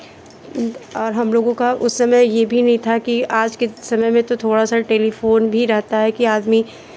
और हम लोगों का उस समय ये भी नहीं था कि आज के समय में तो थोड़ा सा टेलीफोन भी रहता है कि आदमी